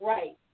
Right